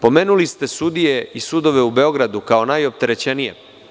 Pomenuli ste sudije i sudove u Beogradu kao najopterećenije.